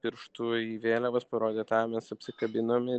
pirštu į vėliavas parodė tą mes apsikabinom ir